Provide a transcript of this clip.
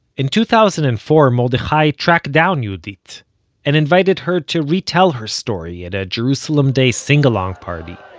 in two thousand and four, mordechai tracked down yehudit and invited her to retell her story at a jerusalem day singalong party,